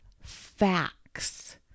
facts